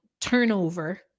turnover